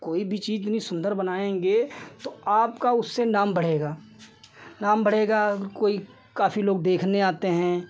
कोई भी चीज़ जितनी सुन्दर बनाएँगे तो आपका उससे नाम बढ़ेगा नाम बढ़ेगा कोई काफ़ी लोग देखने आते हैं